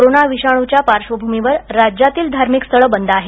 corona विषाणूच्या पार्श्वभूमीवर राज्यातील धार्मिक स्थळं बंद आहेत